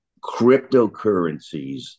cryptocurrencies